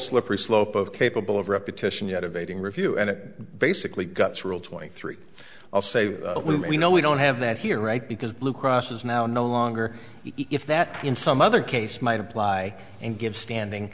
slippery slope of capable of repetition yet evading review and it basically guts rule twenty three i'll say you know we don't have that here right because blue cross is now no longer if that in some other case might apply and give standing